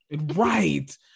right